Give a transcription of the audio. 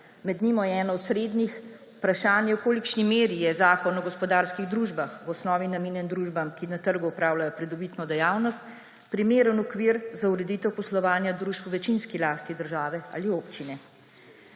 Med njimi je eno osrednjih vprašanje, v kolikšni meri je Zakon o gospodarskih družbah v osnovi namenjen družbam, ki na trgu opravljajo pridobitno dejavnost, primeren okvir za ureditev poslovanja družb v večinski lasti države ali občine.